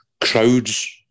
crowds